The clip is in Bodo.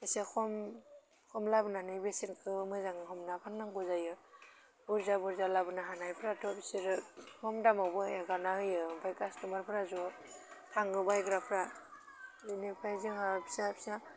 इसे खम खम लाबोनानै बेसेनखौ मोजाङै हमना फान्नांगौ जायो बुरजा बुरजा लाबोनो हानायफ्राथ' बिसोरो खम दामावबो एगारना होयो ओमफाय खास्थ'मारफोरा ज' थाङो बायग्राफोरा बेनिफ्राय जोंहा फिसा फिसा